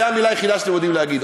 זו המילה היחידה שאתם יודעים להגיד,